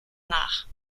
nach